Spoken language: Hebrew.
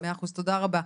תודה רבה.